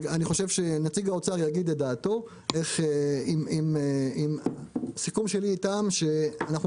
נציג האוצר יגיד את דעתו עם סיכום שלי איתם שאנחנו